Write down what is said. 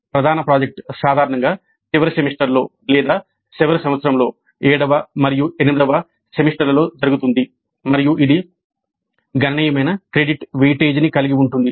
ప్రధాన ప్రాజెక్ట్ సాధారణంగా చివరి సెమిస్టర్లో లేదా చివరి సంవత్సరంలో 7 వ మరియు 8 వ సెమిస్టర్లలో జరుగుతుంది మరియు ఇది గణనీయమైన క్రెడిట్ వెయిటేజీని కలిగి ఉంటుంది